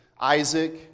Isaac